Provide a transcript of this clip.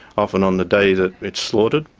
often on the day that it's slaughtered,